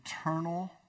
eternal